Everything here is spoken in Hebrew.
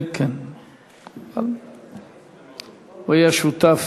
הוא היה שותף